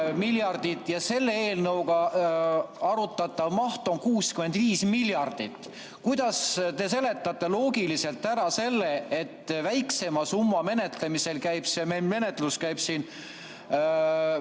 miljardit ja selle eelnõuga arutatav maht on 65 miljardit. Kuidas te seletate loogiliselt ära selle, et väiksema summa menetlemisel käib meie menetlus siin